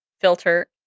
filter